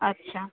اچھا